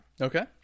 Okay